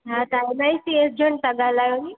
हा तव्हां L I C agent था ॻाल्हायो नी